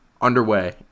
underway